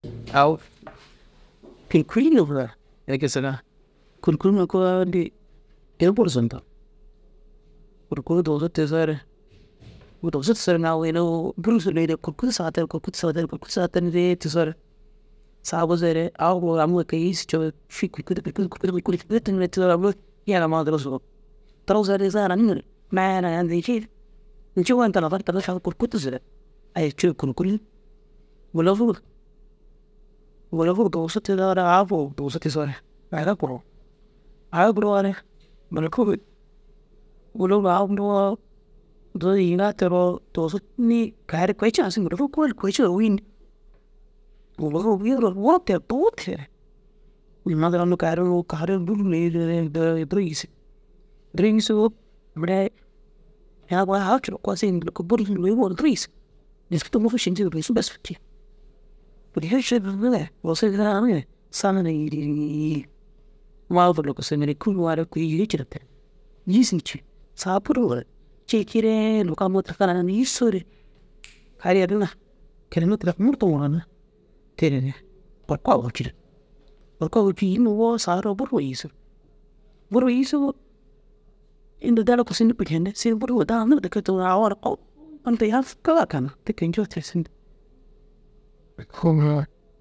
Agu kûrkuri nôfera înni gisiga kûrkuri mire kôoli ini bur zuntu kûrkuri dugusu tigisoore buu dugusu tigisoore ini au unnu bûrru ni kûrkuu saga terig kûrkuru saga terig kûrkruu saga terigiree tigisoore saga buzuere au keyi îsi coore fii dittiŋoore but yege amma duro zurug. mena gii ñiir inji inda labartami saga kûrkûru tuzu re ai ciir kûrku înni môlofur môlofur dugusu tigisoore aya fuug dugusu tigisoore aga guruwoore dugusu yîgaa teroo dugusu niĩ keyi ai kôi ciiŋa sigin môlofur kôoli ciiŋar wûun. Dugusu înni unnu masal kar unnu kari dulni duro îsig. Duro îsoo mire ina gura aga curkoo sigin loko bûrruma lôyiŋoore duro îsig diskitee ŋûnisi dugusu tee hanani saa huna yiriig maafur loko salamakum a noore kôi yîge ciire terig. Îyi šin ciig saga gurure cii ciire amma tirkana ginna yîssoore kaar yerri na kilemetira murdom gor ginna tere orko au-u cîrig orko au-u cîri yînima ûwoo saga eroo bûrru îšig. Bûrru îsoo inda daare ko sigin nuku ñenni sigin bûrru daa nirde ke tigisoo au inda yam kaŋgar kannu te kinciyoo tigisinni